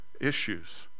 issues